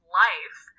life